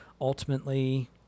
ultimately